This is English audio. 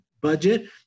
budget